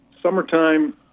summertime